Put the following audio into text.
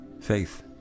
faith